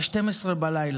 ב-24:00,